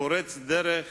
כפורץ דרך